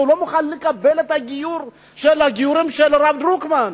שאינו מוכן לקבל את הגיור של הרב דרוקמן,